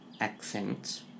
accent